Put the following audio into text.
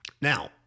Now